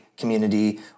community